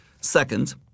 Second